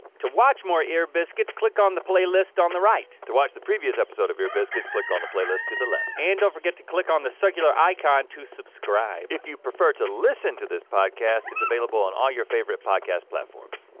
to watch more ear biscuits, click on the playlist on the right. to watch the previous episode of ear biscuits click on the playlist to the left. and don't forget to click on the circular icon to subscribe. if you prefer to listen to this podcast, it's available on all your favorite podcast platforms.